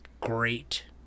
great